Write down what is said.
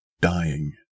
dying